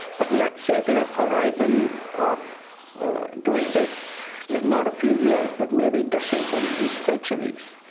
but let's say their horizon of doing this is not a few years, but maybe decades or even centuries.